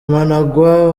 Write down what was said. mnangagwa